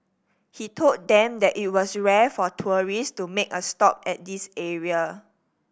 he told them that it was rare for tourist to make a stop at this area